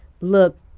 look